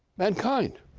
mankind!